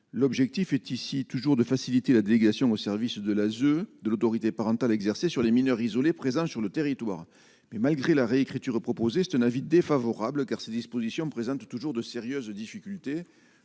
l'objectif est ici toujours de faciliter la délégation au service de l'ASE de l'autorité parentale exercée sur les mineurs isolés présents sur le territoire, mais malgré la réécriture proposé c'est un avis défavorable car cette disposition présente toujours de sérieuses difficultés,